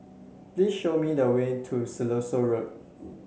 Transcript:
please show me the way to Siloso Road